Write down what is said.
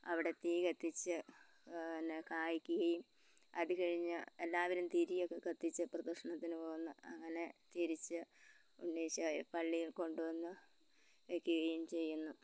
അവിടെ തീ കത്തിച്ച് പിന്നെ അതുകഴിഞ്ഞ് എല്ലാവരും തിരിയൊക്കെ കത്തിച്ച് പ്രദക്ഷിണത്തിന് പോകുന്നു അങ്ങനെ തിരിച്ച് ഉണ്ണീശോയെ പള്ളിയിൽ കൊണ്ട് വന്ന് വയ്ക്കുകയും ചെയ്യുന്നു